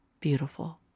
beautiful